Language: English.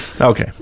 Okay